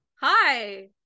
hi